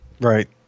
Right